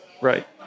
right